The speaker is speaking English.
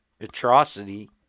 atrocity